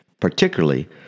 particularly